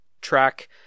track